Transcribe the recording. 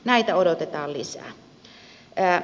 näitä odotetaan lisää